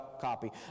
copy